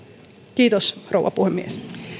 kiitos rouva puhemies